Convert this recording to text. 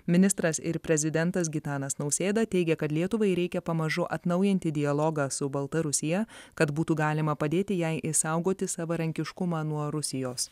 ministras ir prezidentas gitanas nausėda teigia kad lietuvai reikia pamažu atnaujinti dialogą su baltarusija kad būtų galima padėti jai išsaugoti savarankiškumą nuo rusijos